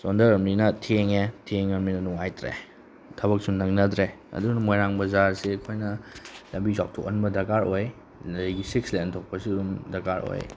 ꯆꯣꯟꯊꯔꯕꯅꯤꯅ ꯊꯦꯡꯉꯦ ꯊꯦꯡꯉꯕꯅꯤꯅ ꯅꯨꯡꯉꯥꯏꯇ꯭ꯔꯦ ꯊꯕꯛꯁꯨ ꯅꯪꯅꯗ꯭ꯔꯦ ꯑꯗꯨꯅ ꯃꯣꯏꯔꯥꯡ ꯕꯖꯥꯔꯁꯦ ꯑꯩꯈꯣꯏꯅ ꯂꯝꯕꯤ ꯆꯥꯎꯊꯣꯛꯍꯟꯕ ꯗꯔꯀꯥꯔ ꯑꯣꯏ ꯑꯗꯒꯤ ꯁꯤꯛꯁ ꯂꯦꯟ ꯑꯣꯟꯊꯣꯛꯄꯁꯨ ꯑꯗꯨꯝ ꯗꯔꯀꯥꯔ ꯑꯣꯏ